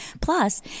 Plus